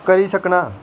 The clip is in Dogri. करी सकनां